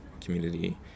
community